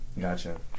Gotcha